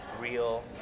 real